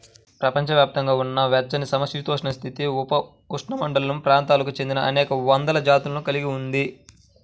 ప్రపంచవ్యాప్తంగా ఉన్న వెచ్చనిసమశీతోష్ణ, ఉపఉష్ణమండల ప్రాంతాలకు చెందినఅనేక వందల జాతులను కలిగి ఉంది